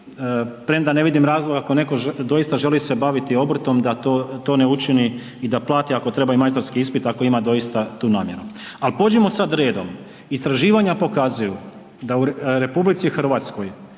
premda ne vidim razloga ako netko doista želi se baviti obrtom da to ne učini i da plati ako treba i majstorski ispit, ako ima doista tu namjenu. Ali pođimo sad redom, istraživanja pokazuju da u RH najveći